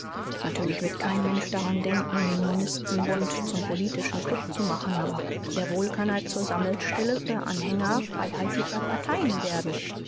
natürlich wird kein mensch daran denken den monbund zum polit club zu machen aber sehr wohl kann er zur sammelstelle für anhänger freiheitl parteien werden